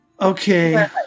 Okay